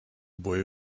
boy